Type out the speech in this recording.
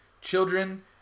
Children